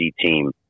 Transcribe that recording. team